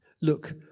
look